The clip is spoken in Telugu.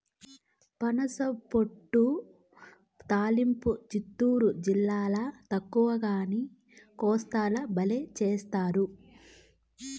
పనసపొట్టు తాలింపు చిత్తూరు జిల్లాల తక్కువగానీ, కోస్తాల బల్లే చేస్తారు